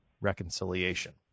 reconciliation